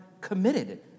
committed